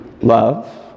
Love